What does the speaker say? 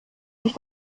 sich